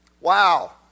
Wow